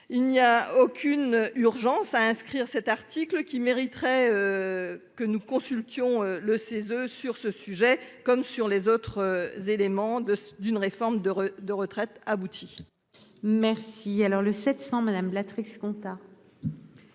Il n'y a aucune urgence à inscrire cet article qui mériterait. Que nous consultions le CESE sur ce sujet comme sur les autres éléments de d'une réforme de de retraite abouti. Merci. Alors le 700. Madame la truc ce compta.